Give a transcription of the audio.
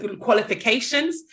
qualifications